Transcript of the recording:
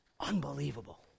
Unbelievable